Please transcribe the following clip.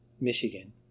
Michigan